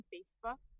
Facebook